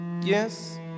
Yes